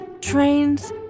Trains